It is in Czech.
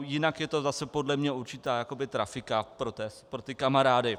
Jinak je to zase podle mě určitá jakoby trafika pro ty kamarády.